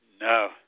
No